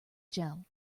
jell